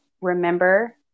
remember